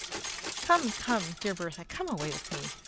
come, come, dear bertha! come away with me!